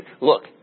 look